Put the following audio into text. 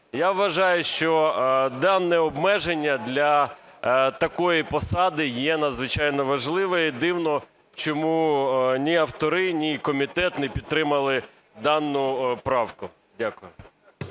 Я вважаю, що дане обмеження для такої посади є надзвичайно важливе. І дивно, чому ні автори, ні комітет не підтримали дану правку. Дякую.